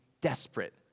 desperate